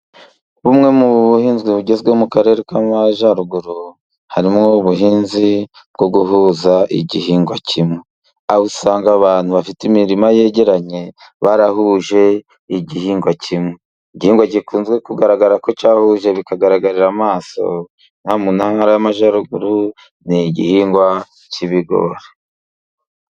Bumwe mu buhinzi bugezweho mu karere k'Amajyaruguru, harimo ubuhinzi bwo guhuza igihingwa kimwe. Aho usanga abantu bafite imirima yegeranye, barahuje igihingwa kimwe. Igihingwa gikunze kugaragara ko cyahuje bikagaragarira amaso mun nta ntara y'Amajyaruguru ni igihingwa cy'ibigori.